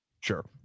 Sure